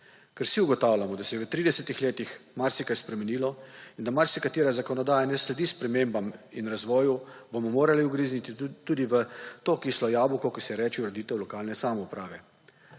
Ker vsi ugotavljamo, da se je v 30. letih marsikaj spremenilo in da marsikatera zakonodaja ne sledi spremembam in razvoju bomo morali ugrizniti tudi v to kislo jabolko, ki se mu reče ureditev lokalne samouprave.